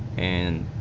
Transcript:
and